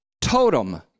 totem